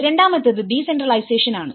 രണ്ടാമത്തേത് ഡീസെൻട്രലൈസേഷൻ ആണ്